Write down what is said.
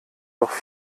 doch